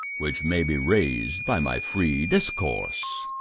which may be raised by my free discourse.